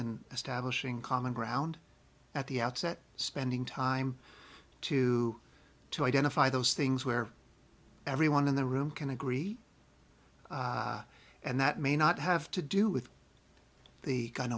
in establishing common ground at the outset spending time to to identify those things where everyone in the room can agree and that may not have to do with the gun